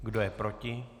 Kdo je proti?